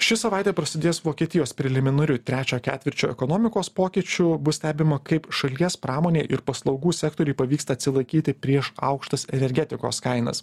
ši savaitė prasidės vokietijos preliminariu trečio ketvirčio ekonomikos pokyčiu bus stebima kaip šalies pramonei ir paslaugų sektoriui pavyksta atsilaikyti prieš aukštas energetikos kainas